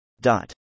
Dot